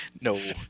no